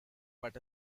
but